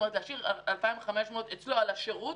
כלומר להשאיר 2,500 שקל אצלו עבור השירות,